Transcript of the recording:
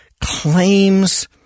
claims